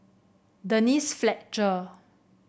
Denise Fletcher